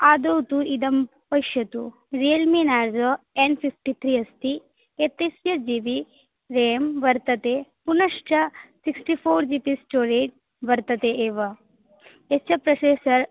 आदौ तु इदं पश्यतु Realme Narzo N fifty three अस्ति eight six G B RAM वर्तते पुनश्च sixty four G B storage वर्तते एव यस्य प्रोसेसर्